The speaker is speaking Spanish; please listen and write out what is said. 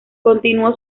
continuó